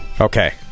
Okay